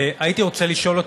הייתי רוצה לשאול אותך,